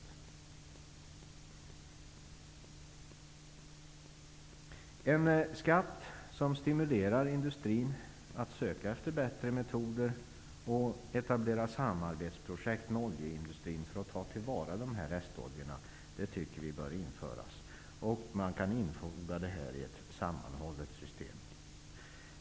Vi tycker att det bör införas en skatt som stimulerar industrin att söka efter bättre metoder och etablera samarbetsprojekt med oljeindustrin för att ta till vara dessa restoljor. Detta kan också infogas i ett sammanhållet system.